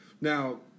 Now